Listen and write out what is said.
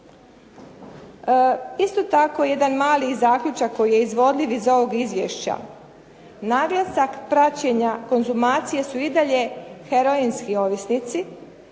Isto tako jedan mali zaključak koji je izvodiv iz ovog Izvješća, naglasak praćenja konzumacije su i dalje heroinski ovisnici